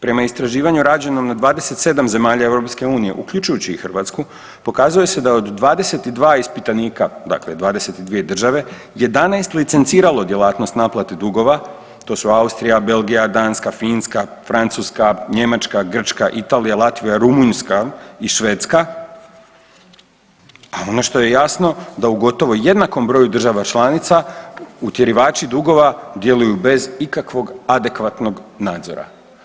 Prema istraživanju rađenom na 27 zemalja EU, uključujući i Hrvatsku, pokazuje se da od 22 ispitanika, dakle 22 država, 11 licencirano djelatnost naplate dugova, to su Austrija, Belgija, Danska, Finska, Francuska, Njemačka, Grčka, Italija, Latvija, Rumunjska i Švedska, a ono što je jasno da u gotovo jednakom broju država članica utjerivači dugova djeluju bez ikakvog adekvatnog nadzora.